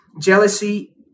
jealousy